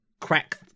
crack